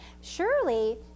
Surely